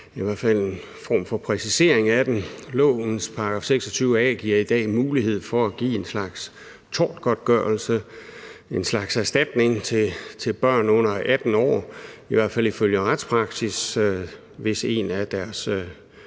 i hvert fald en form for præcisering af den. Lovens § 26 a giver i dag mulighed for at give en slags tortgodtgørelse, en slags erstatning til børn under 18 år, i hvert fald ifølge retspraksis, hvis en af børnenes